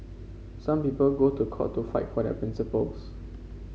some people go to court to fight for their principles